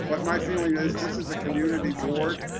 but my feeling is, this is a community board.